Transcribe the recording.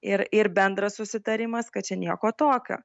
ir ir bendras susitarimas kad čia nieko tokio